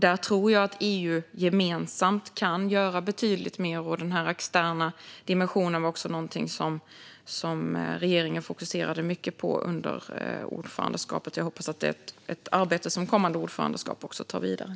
Där tror jag att EU gemensamt kan göra betydligt mer, och denna externa dimension var också något som regeringen fokuserade mycket på under ordförandeskapet. Jag hoppas att detta är ett arbete som kommande ordförandeskap också tar vidare.